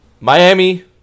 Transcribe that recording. Miami